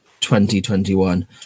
2021